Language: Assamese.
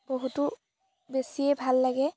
বহুতো বেছিয়ে ভাল লাগে